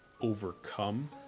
overcome